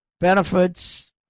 Benefits